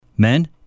Men